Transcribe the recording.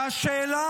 תשאל אותם מה